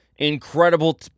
Incredible